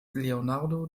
leonardo